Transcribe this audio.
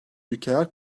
ülkeler